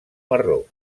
marró